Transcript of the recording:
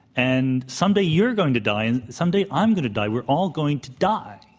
and someday, you're going to die. and someday, i'm going to die. we're all going to die.